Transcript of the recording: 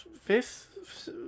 fifth